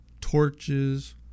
torches